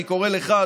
אני קורא לך,